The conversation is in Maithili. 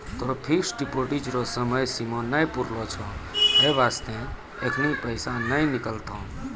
तोहरो फिक्स्ड डिपॉजिट रो समय सीमा नै पुरलो छौं है बास्ते एखनी पैसा नै निकलतौं